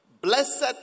Blessed